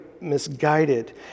misguided